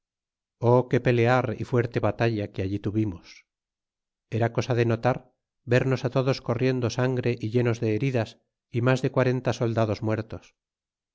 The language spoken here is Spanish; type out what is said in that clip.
o qué pelear y fuerte batalla que aquí tuvimos era cosa de notar vernos á todos corriendo sangre y llenos de heridas ó mas de quarenta soldados muertos